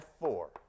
F4